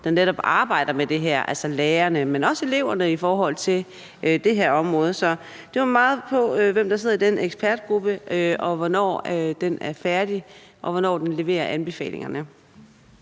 dem, der arbejder med det her, altså lærerne, men også eleverne. Så det går meget på, hvem der sidder i den ekspertgruppe, og hvornår den er færdig, og hvornår den leverer anbefalingerne.